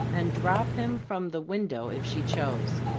and drop him from the window, if she chose.